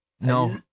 No